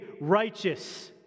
righteous